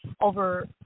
over